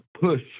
push